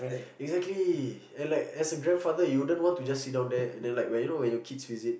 exactly and like as a grandfather you wouldn't want to just sit down there and there like you know when your kids visit